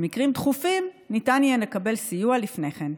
במקרים דחופים ניתן יהיה לקבל סיוע לפני כן.